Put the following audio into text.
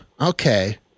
Okay